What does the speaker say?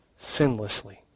sinlessly